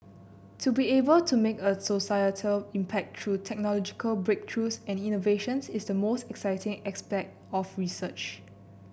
to be able to make a societal impact through technological breakthroughs and innovations is the most exciting aspect of research